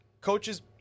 coaches